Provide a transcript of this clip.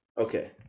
okay